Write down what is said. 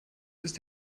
ist